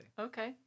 Okay